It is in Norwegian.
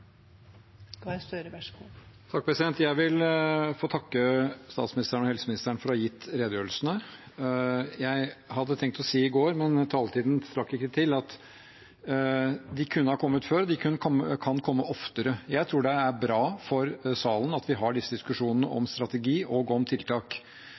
Jeg vil få takke statsministeren og helseministeren for å ha gitt redegjørelsene. Jeg hadde tenkt å si i går at de kunne ha kommet før, og at de kan komme oftere, men taletiden strakk ikke til. Jeg tror det er bra for salen at vi har disse diskusjonene